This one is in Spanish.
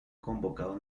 convocado